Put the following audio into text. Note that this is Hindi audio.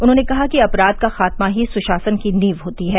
उन्होंने कहा कि अपराध का खात्मा ही सुशासन की नींव होती है